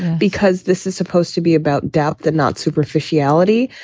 because this is supposed to be about doubt that not superficiality.